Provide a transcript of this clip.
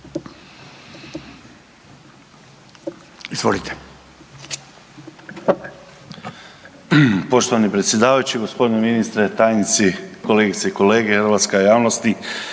suverenisti)** Poštovani predsjedavajući, gospodine ministre, tajnici, kolegice i kolege, hrvatska javnosti.